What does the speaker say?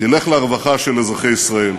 תלך לרווחה של אזרחי ישראל.